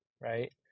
right